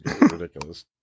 ridiculous